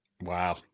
Wow